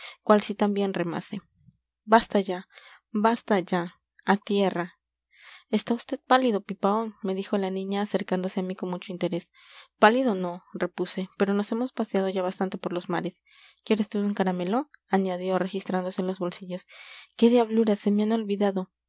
cual si también remase basta basta ya a tierra está vd pálido pipaón me dijo la niña acercándose a mí con mucho interés pálido no repuse pero nos hemos paseado ya bastante por los mares quiere vd un caramelo añadió registrándose los bolsillos qué diablura se me han olvidado